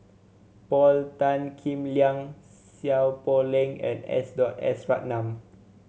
Paul Tan Kim Liang Seow Poh Leng and S S Ratnam